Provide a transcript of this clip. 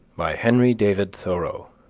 by henry david thoreau